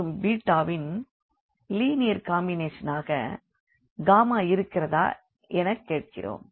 மற்றும் ன் linear combination ஆக இருக்கிறதா எனக் கேட்கிறோம்